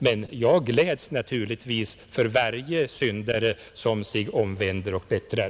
Men jag gläds naturligtvis för varje syndare som sig omvänder och bättrar.